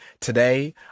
Today